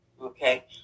Okay